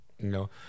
No